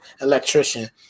electrician